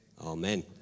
amen